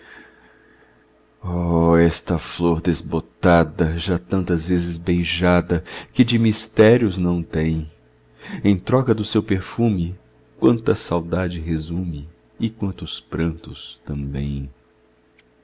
esta flor desbotada já tantas vezes beijada que de mistérios não tem em troca do seu perfume quanta saudade resume e quantos prantos também